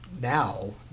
now